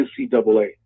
NCAA